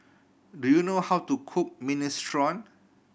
do you know how to cook Minestrone